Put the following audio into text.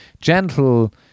Gentle